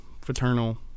fraternal